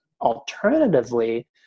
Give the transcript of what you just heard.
Alternatively